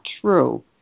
true